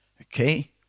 Okay